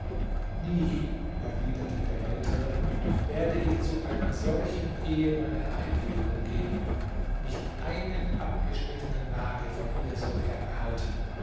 nie erwiderte der ältere werde ich zu einer solchen ehe meine einwilligung geben nicht einen abgeschnittenen nagel von ihr soll er erhalten